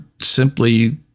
simply